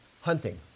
hunting